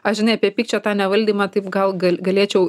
aš žinai apie pykčio nevaldymą taip gal gal galėčiau